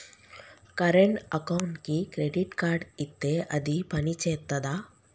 Current అకౌంట్కి credit card ఇత్తే అది పని చేత్తదా?